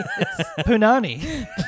Punani